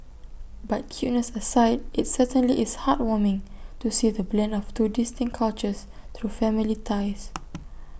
but cuteness aside IT certainly is heartwarming to see the blend of two distinct cultures through family ties